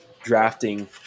drafting